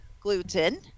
gluten